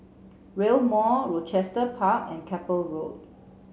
Rail Mall Rochester Park and Keppel Road